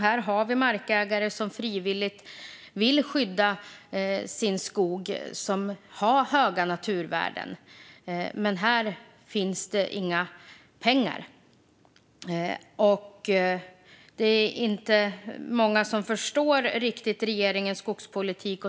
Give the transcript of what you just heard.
Här har vi markägare som frivilligt vill skydda sina skogar med höga naturvärden. Men det finns inga pengar. Det är inte många som riktigt förstår regeringens skogspolitik.